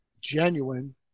genuine